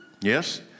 Yes